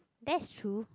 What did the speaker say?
that's true